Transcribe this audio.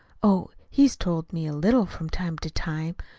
oh, he's told me a little, from time to time.